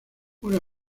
una